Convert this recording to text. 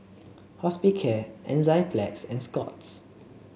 Hospicare Enzyplex and Scott's